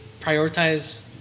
prioritize